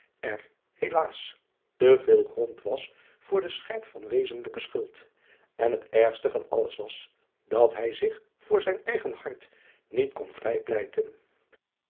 er helaas te veel grond was voor den schijn van wezenlijke schuld en het ergst van alles was dat hij zich voor zijn eigen hart niet kon vrijpleiten